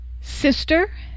sister